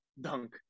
dunk